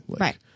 right